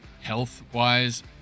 health-wise